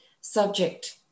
Subject